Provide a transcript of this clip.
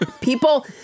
people